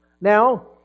Now